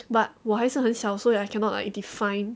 but 我还是很小 so that like I cannot define